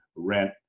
Rent